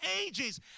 ages